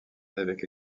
évêque